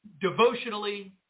devotionally